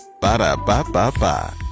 Ba-da-ba-ba-ba